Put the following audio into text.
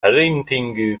printing